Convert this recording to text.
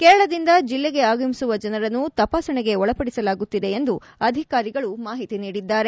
ಕೇರಳದಿಂದ ಬೆಲ್ಲೆಗೆ ಆಗಮಿಸುವ ಜನರನ್ನು ತಪಾಸಣೆಗೆ ಒಳಪಡಿಸಲಾಗುತ್ತಿದೆ ಎಂದು ಅಧಿಕಾರಿಗಳು ಮಾಹಿತಿ ನೀಡಿದ್ದಾರೆ